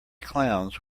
clowns